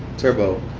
turbo.